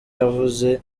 yavuze